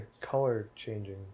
color-changing